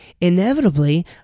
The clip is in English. inevitably